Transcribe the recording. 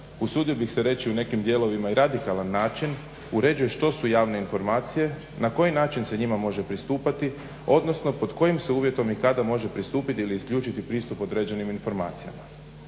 usudio bih se reći u nekim dijelovima i radikalan način, uređuje što su javne informacije, na koji način se njima može pristupati, odnosno pod kojim se uvjetom i kada može pristupiti ili isključiti pristup određenim informacijama.